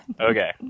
Okay